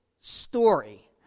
story